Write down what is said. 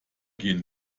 gehen